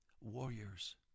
warriors